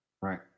Right